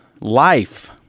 life